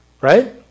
right